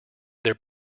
their